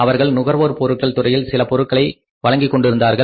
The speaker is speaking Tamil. அவர்கள் நுகர்வோர் பொருட்கள் துறையில் சில பொருட்களை வழங்கிக் கொண்டிருந்தார்கள்